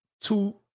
two